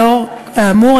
לאור האמור,